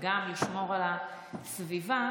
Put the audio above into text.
וגם לשמור על הסביבה,